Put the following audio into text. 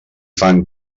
fan